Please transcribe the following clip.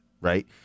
right